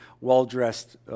well-dressed